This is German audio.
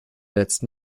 letzten